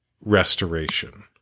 restoration